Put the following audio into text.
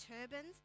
turbans